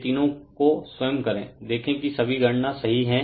ये तीनों को स्वयं करें देखें कि सभी गणना सही हैं